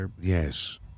yes